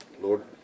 Lord